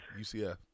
UCF